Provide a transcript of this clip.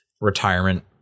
retirement